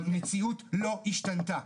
המציאות לא השתנתה.